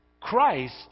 Christ